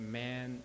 man